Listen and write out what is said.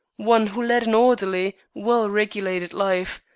one who led an orderly, well-regulated life,